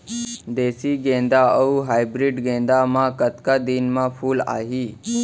देसी गेंदा अऊ हाइब्रिड गेंदा म कतका दिन म फूल आही?